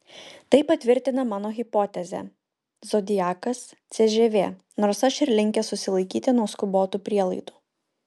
tai patvirtina mano hipotezę zodiakas cžv nors aš ir linkęs susilaikyti nuo skubotų prielaidų